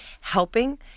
helping